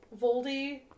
Voldy